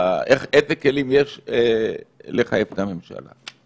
אילו כלים יש לך מול הממשלה.